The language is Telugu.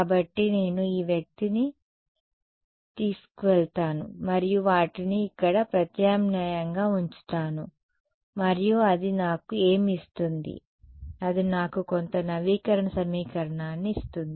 కాబట్టి నేను ఈ వ్యక్తిని తీసుకువెళతాను మరియు వాటిని ఇక్కడ ప్రత్యామ్నాయంగా ఉంచుతాను మరియు అది నాకు ఏమి ఇస్తుంది అది నాకు కొంత నవీకరణ సమీకరణాన్ని ఇస్తుంది